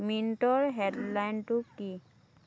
মিণ্টৰ হেডলাইনটো কি